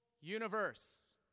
universe